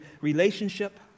relationship